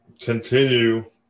continue